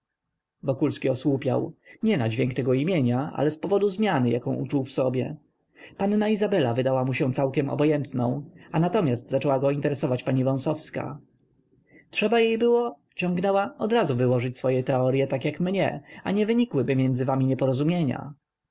wokulski osłupiał nie na dźwięk tego imienia ale z powodu zmiany jaką uczuł w sobie panna izabela wydała mu się całkiem obojętną a natomiast zaczęła go interesować pani wąsowska trzeba jej było ciągnęła odrazu wyłożyć swoje teorye tak jak mnie a nie wynikłyby między wami nieporozumienia